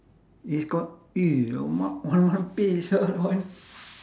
is got alamak one hundred pay is a lot